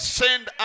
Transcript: send